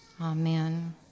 Amen